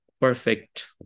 perfect